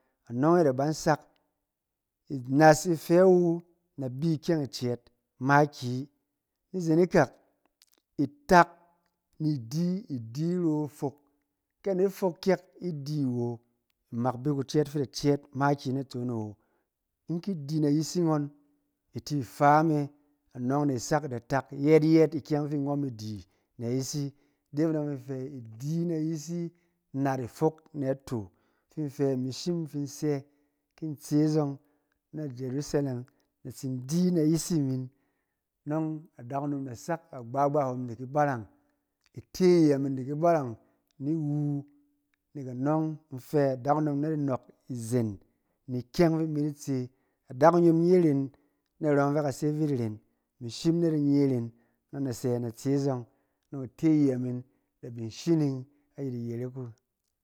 Anɔng e da ban sak, inas ifɛ wu, na bi ikyɛng icɛɛt makiyi. Ni zen ikak, itak ni di, di ro ifok. Ke anet fok kyek i di wo, imak bi kucɛɛt fi i da cɛɛt makiyi naton e wo. In ki di na yisi ngɔn, i ti fa me, anɔng e sak da tak yɛɛt yɛɛt ikyɛng ɔng fi ngɔn ma di na yisi. De me dɔng fin in fɛ, i di na yisi nat i fok na ato. Fin fɛ imi shim in fin sɛ ki in tse zɔng na jeruselem, na tsi di na yisi min, nɔng adakunom da sak agbagba hom di ki barang, ite iyɛ min di ki barang ni wu. Nɛk anɔng in fɛ, adakunom na ki nɔɔk izen ni ikyɛng fi in bi di tse. Adakunom nye irèn narɔ yɔng fɛ ka se vit irèn, imi shim na di nye irèn nɔng na sɛ in di tse zɔng, nɔng ite iyɛ min da bi shining ayit iyerek wu.